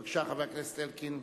בבקשה, חבר הכנסת אלקין,